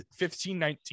1519